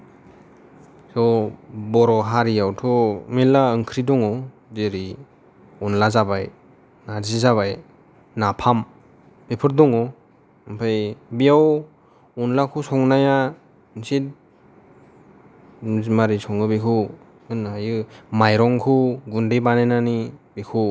थ' बर' हारिआवथ' मेरला ओंख्रि दङ जेरै अन्ला जाबाय नार्जि जाबाय नापाम बेफोर दङ आमफाय बेयाव अनलाखौ संनाया एसे मारै सङो बेखौ होननो हायो माइरंखौ गुनदै बानायनानै बेखौ